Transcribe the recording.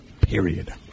period